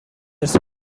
حرص